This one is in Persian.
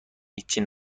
چیزی